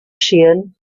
sheehan